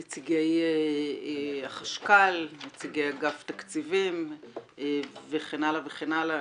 נשמע גם את נציגי החשכ"ל וכן הלאה וכן הלאה.